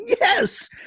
yes